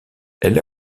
elle